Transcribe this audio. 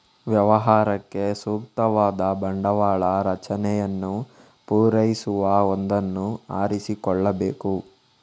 ವ್ಯವಹಾರಕ್ಕೆ ಸೂಕ್ತವಾದ ಬಂಡವಾಳ ರಚನೆಯನ್ನು ಪೂರೈಸುವ ಒಂದನ್ನು ಆರಿಸಿಕೊಳ್ಳಬೇಕು